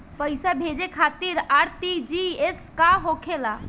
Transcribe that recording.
पैसा भेजे खातिर आर.टी.जी.एस का होखेला?